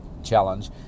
challenge